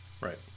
Right